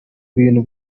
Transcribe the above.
bintu